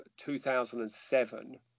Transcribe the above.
2007